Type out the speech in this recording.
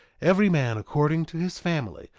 every man according to his family,